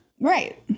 Right